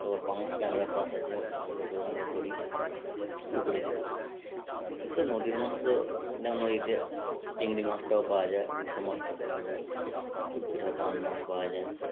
তো পাঙস ট্যাংরার চাষ আছে ওগুলোকেও আমরা ধরি পুকুরে যেগুলো এটা তো নদীর মাছ তো যেমন নদীতে চিংড়ি মাছটাও পাওয়া যায় ঘুসো মাছটাও পাওয়া যায় বিক্রি হয় বান মাছ পাওয়া যায়